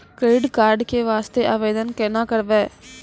Credit card के वास्ते आवेदन केना करबै?